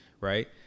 right